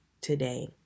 today